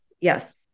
Yes